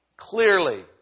Clearly